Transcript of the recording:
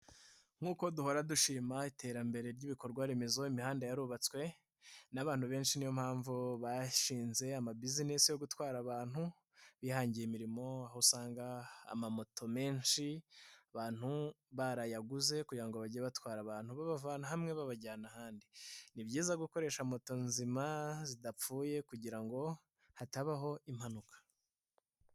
Nk'uko duhora dushima iterambere ry'ibikorwa remezo imihanda yarubatswe n'abantu benshi niyo mpamvu bashinze ama bizinesi yo gutwara abantu, bihangiye imirimo aho usanga amamoto menshi abantu barayaguze kugira ngo bajye batwara abantu babavana ahantu hamwe babajyana ahandi. Ni byiza gukoresha moto nzima zidapfuye, kugira ngo hatabaho impanuka.